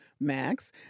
Max